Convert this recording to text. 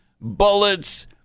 bullets